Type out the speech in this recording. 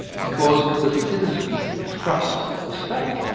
because the citizens trust the state.